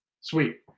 Sweet